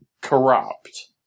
corrupt